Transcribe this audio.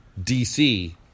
DC